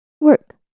work